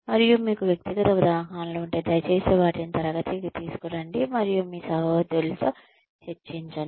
మరియు మీకు వ్యక్తిగత ఉదాహరణలు ఉంటే దయచేసి వాటీని తరగతికి తీసుకురండి మరియు మీ సహోద్యోగులతో చర్చించండి